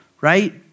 right